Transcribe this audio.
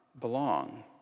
belong